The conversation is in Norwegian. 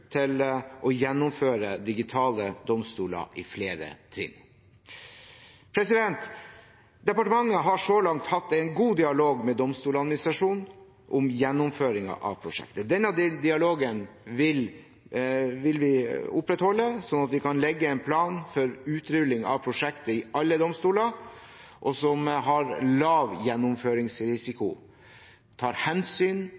til å gjennomføre Digitale domstoler i flere trinn. Departementet har så langt hatt en god dialog med Domstoladministrasjonen om gjennomføringen av prosjektet. Denne dialogen vil vi opprettholde, sånn at vi kan legge en plan for utrulling av prosjektet i alle domstoler som har lav